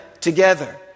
together